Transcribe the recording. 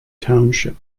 township